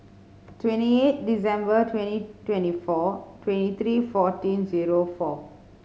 twenty eight December twenty twenty four twenty three fourteen zero four